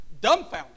dumbfounded